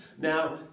Now